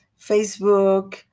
Facebook